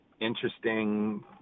interesting